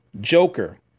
Joker